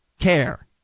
care